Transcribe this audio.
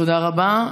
תודה רבה.